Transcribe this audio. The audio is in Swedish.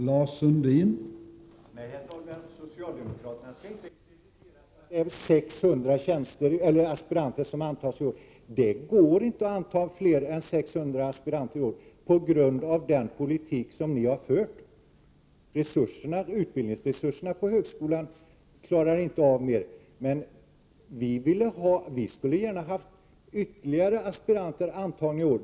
Herr talman! Socialdemokraterna skall inte krediteras för att 600 aspiranter antas i år. Det går inte att anta fler än 600 aspiranter i år på grund av den politik som socialdemokraterna har fört. Utbildningsresurserna på högskolan klarar inte av fler aspiranter. Vi skulle gärna ha sett att ytterligare aspiranter hade antagits i år.